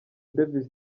davis